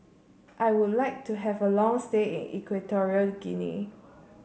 I would like to have a long stay in Equatorial Guinea